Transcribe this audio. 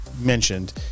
mentioned